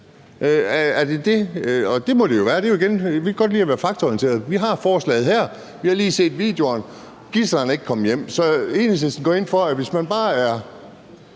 jeg sige, at vi godt kan lide at være faktaorienterede. Vi har forslaget her. Vi har lige set videoerne. Gidslerne er ikke kommet hjem. Så Enhedslisten går ind for, at hvis man bare er